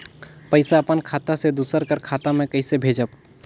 पइसा अपन खाता से दूसर कर खाता म कइसे भेजब?